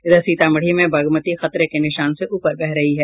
इधर सीतामढ़ी में बागमती खतरे के निशान से ऊपर बह रही है